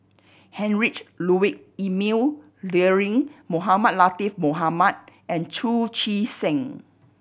Heinrich Ludwig Emil Luering Mohamed Latiff Mohamed and Chu Chee Seng